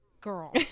girl